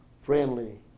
friendly